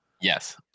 yes